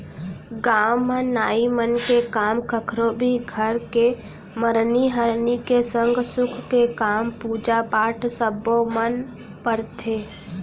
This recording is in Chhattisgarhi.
गाँव म नाई मन के काम कखरो भी घर के मरनी हरनी के संग सुख के काम, पूजा पाठ सब्बो म परथे